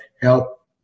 help